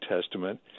Testament